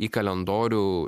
į kalendorių